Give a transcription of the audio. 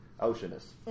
Oceanus